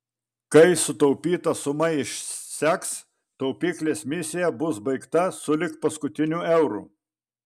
kai sutaupyta suma išseks taupyklės misija bus baigta sulig paskutiniu euru